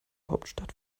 hauptstadt